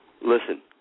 listen